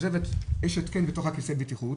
יש התקן בתוך כיסא הבטיחות,